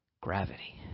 Gravity